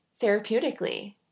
therapeutically